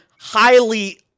highly